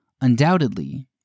Undoubtedly